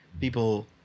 people